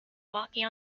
walking